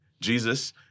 Jesus